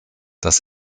das